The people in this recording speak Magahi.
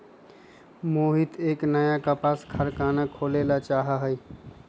मोहित एक नया कपास कारख़ाना खोले ला चाहा हई